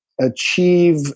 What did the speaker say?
achieve